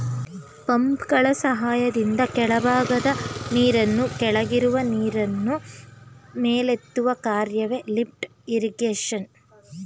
ಪಂಪ್ಗಳ ಸಹಾಯದಿಂದ ಕೆಳಭಾಗದ ನೀರನ್ನು ಕೆಳಗಿರುವ ನೀರನ್ನು ಮೇಲೆತ್ತುವ ಕಾರ್ಯವೆ ಲಿಫ್ಟ್ ಇರಿಗೇಶನ್